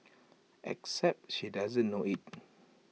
except she doesn't know IT